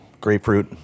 Grapefruit